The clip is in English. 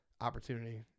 Opportunity